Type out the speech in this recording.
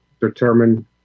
determine